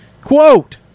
Quote